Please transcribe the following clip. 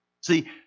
See